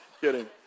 kidding